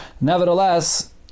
nevertheless